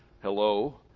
hello